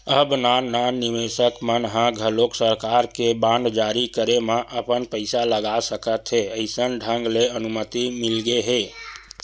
अब नान नान निवेसक मन ह घलोक सरकार के बांड जारी करे म अपन पइसा लगा सकत हे अइसन ढंग ले अनुमति मिलगे हे